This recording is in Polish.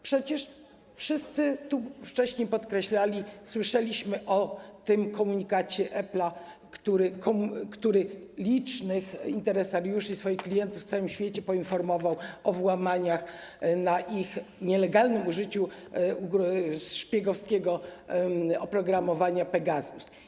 Przecież wszyscy to wcześniej podkreślali, słyszeliśmy o tym komunikacie Apple’a, który licznych interesariuszy, swoich klientów na całym świecie poinformował o włamaniach, o nielegalnym użyciu szpiegowskiego oprogramowania Pegasus.